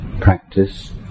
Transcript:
practice